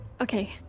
Okay